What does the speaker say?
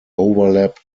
overlap